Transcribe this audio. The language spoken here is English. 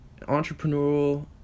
entrepreneurial